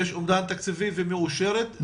יש אומדן תקציבי ומאושרת.